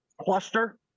cluster